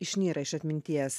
išnyra iš atminties